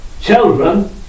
children